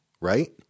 right